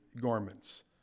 garments